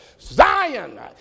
Zion